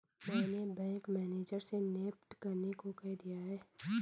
मैंने bank manager से NEFT करने को कह दिया है